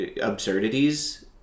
absurdities